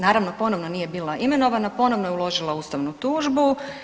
Naravno ponovno nije bila imenovana, ponovno je uložila ustavnu tužbu.